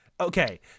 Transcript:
Okay